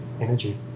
energy